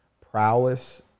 prowess